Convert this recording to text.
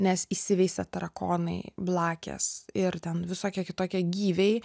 nes įsiveisė tarakonai blakės ir ten visokie kitokie gyviai